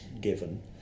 given